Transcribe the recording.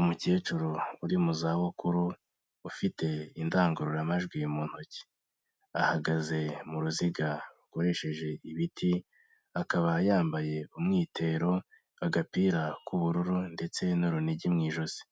Umukecuru uri mu za bukuru ufite indangururamajwi mu ntoki, ahagaze mu ruziga rukoresheje ibiti akaba yambaye umwitero, agapira k'ubururu ndetse n'urunigi mu ijosi,